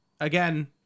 again